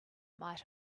might